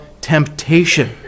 temptation